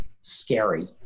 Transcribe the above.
scary